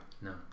No